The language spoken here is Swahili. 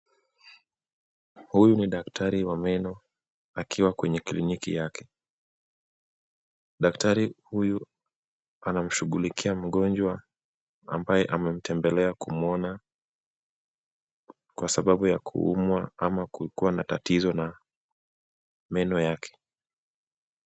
Huyu ni daktari wa meno akiwa kwenye kliniki yake. Daktari huyu anamshughulikia mgonjwa ambaye amemtembelea kumuona kwa sababu ya kuumwa ama kukua na tatizo na meno yake.